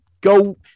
go